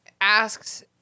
asks